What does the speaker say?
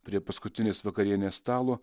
prie paskutinės vakarienės stalo